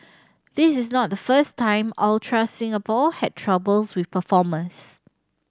this is not the first time Ultra Singapore had troubles with performers